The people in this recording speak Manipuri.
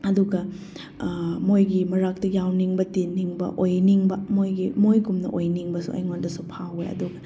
ꯑꯗꯨꯒ ꯃꯣꯏꯒꯤ ꯃꯔꯛꯇ ꯌꯥꯎꯅꯤꯡꯕ ꯇꯤꯟꯅꯤꯡꯕ ꯑꯣꯏꯅꯤꯡꯕ ꯃꯣꯏꯒꯤ ꯃꯣꯏꯒꯨꯝꯅ ꯑꯣꯏꯅꯤꯡꯕꯁꯨ ꯑꯩꯉꯣꯟꯗꯁꯨ ꯐꯥꯎꯏ ꯑꯗꯨꯒ